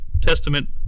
Testament